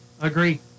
Agree